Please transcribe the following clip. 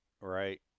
Right